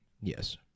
Yes